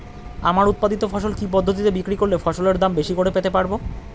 আমার উৎপাদিত ফসল কি পদ্ধতিতে বিক্রি করলে ফসলের দাম বেশি করে পেতে পারবো?